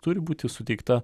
turi būti suteikta